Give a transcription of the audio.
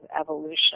evolution